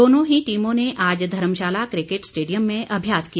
दोनों ही टीमों ने आज धर्मशाला क्रिकेट स्टेडियम में अभ्यास किया